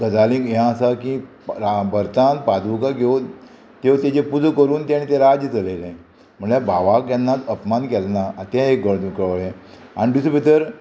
गजालींक हें आसा की रा भरतान पादुकां घेवन त्यो तेजे पुजा करून तेणें तें राज्य चलयलें म्हणल्यार भावाक केन्नाच अपमान केलना तें एक कळ्ळें आनी तेजे भितर